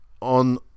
On